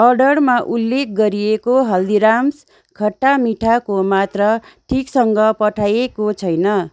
अर्डरमा उल्लेख गरिएको हल्दीराम्स खट्टा मिठाको मात्रा ठिकसँग पठाइएको छैन